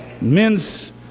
Men's